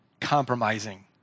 compromising